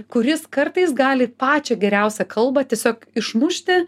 kuris kartais gali pačią geriausią kalbą tiesiog išmušti